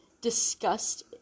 discussed